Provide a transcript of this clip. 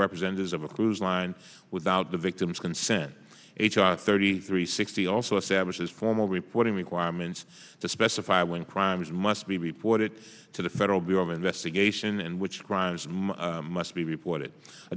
representatives of a cruise line without the victim's consent thirty three sixty also establishes formal reporting requirements that specify when crimes must be reported to the federal bureau of investigation and which crimes must be report